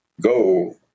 go